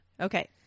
Okay